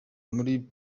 muri